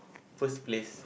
first place